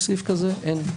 סעיף כזה אין.